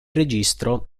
registro